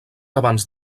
abans